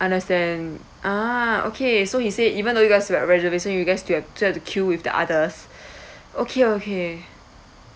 understand ah okay so he said even though you guys are reservations you guys have still have to queue with the others okay okay